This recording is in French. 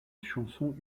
chanson